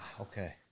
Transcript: okay